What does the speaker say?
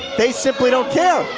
they simply don't care!